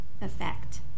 Effect